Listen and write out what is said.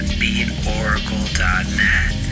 beatoracle.net